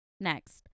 Next